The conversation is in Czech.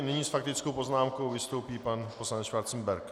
Nyní s faktickou poznámkou vystoupí pan poslanec Schwarzenberg.